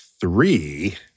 three